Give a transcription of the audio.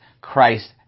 Christ